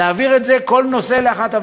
להעביר את זה, כל נושא, לאחת הוועדות.